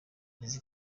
izi